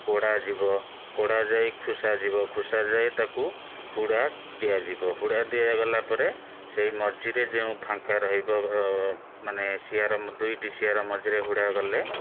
କୋଡ଼ାଯିବ କୋଡ଼ାଯାଇ ଖୁସା ଯିବ ଖୁସା ଯାଇ ତାକୁ ହୁଡ଼ା ଦିଆଯିବ ହୁଡ଼ା ଦିଆଗଲା ପରେ ସେଇ ମଝିରେ ଯେଉଁ ଫାଙ୍କା ରହିବ ମାନେ ସିଆର ଦୁଇଟି ସିଆର ମଝିରେ ହୁଡ଼ା ଗଲେ